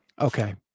Okay